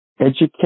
education